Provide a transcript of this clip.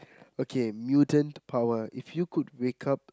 okay mutant power if you could wake up